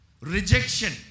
Rejection